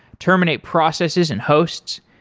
terminate processes and hosts.